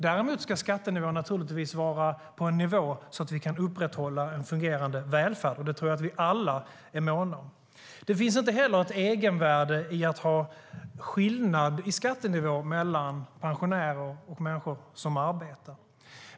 Däremot ska skatterna ligga på en sådan nivå att vi kan upprätthålla en fungerande välfärd. Det tror jag att vi alla är måna om. Det finns inte heller något egenvärde i att ha en skillnad i skattenivå mellan pensionärer och människor som arbetar.